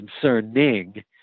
concerning